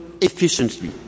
efficiently